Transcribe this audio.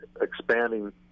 expanding